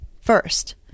First